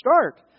start